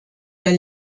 der